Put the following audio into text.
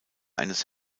eines